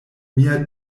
mia